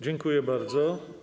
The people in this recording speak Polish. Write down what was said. Dziękuję bardzo.